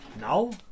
Now